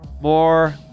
More